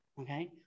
okay